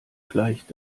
gleicht